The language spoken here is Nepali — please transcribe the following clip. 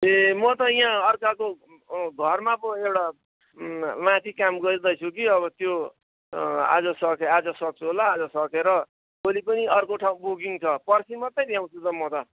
ए म त यहाँ अर्काको घरमा पो एउटा माथि काम गर्दैछु कि अब त्यो आज सके आज सक्छु होला आज सकेर भोलि पनि अर्को ठाउँ बुकिङ छ पर्सी मात्रै भ्याउँछु त म त